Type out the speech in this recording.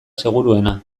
seguruena